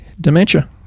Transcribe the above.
dementia